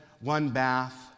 one-bath